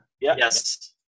Yes